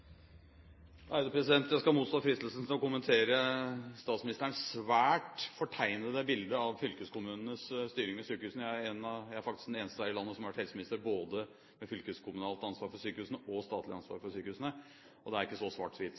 Jeg skal motstå fristelsen til å kommentere statsministerens svært fortegnede bilde av fylkeskommunenes styring av sykehusene. Jeg er faktisk den eneste her i landet som har vært helseminister både ved fylkekommunalt ansvar for sykehusene og statlig ansvar for sykehusene, og det er ikke så